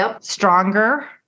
stronger